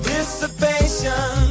Dissipation